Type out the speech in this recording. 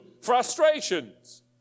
frustrations